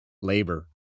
labor